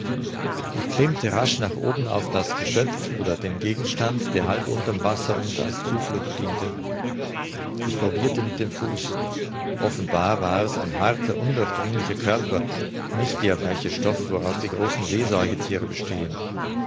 ich klimmte rasch nach oben auf das geschöpf oder den gegenstand der halb unter'm wasser uns als zuflucht diente ich probirte mit dem fuß offenbar war's ein harter undurchdringlicher körper nicht der weiche stoff woraus die großen seesäugethiere bestehen